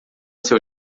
seu